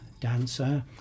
dancer